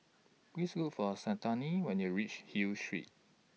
Please Look For Santina when you're REACH Hill Street